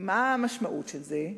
מה המשמעות של זה?